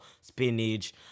spinach